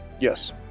Yes